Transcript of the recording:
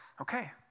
okay